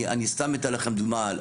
אני סתם אתן לכם דוגמה.